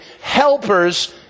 helpers